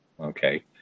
Okay